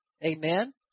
amen